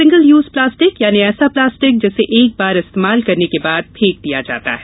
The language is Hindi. सिंगल यूज प्लास्टिक यानी ऐसा प्लास्टिक जिसे एक बार इस्तेमाल करने के बाद फेंक दिया जाता है